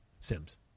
Sims